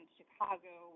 Chicago